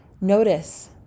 Notice